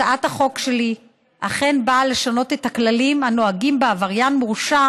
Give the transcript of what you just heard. הצעת החוק שלי אכן באה לשנות את הכללים הנוהגים בעבריין מורשע